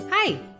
Hi